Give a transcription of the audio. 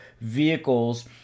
vehicles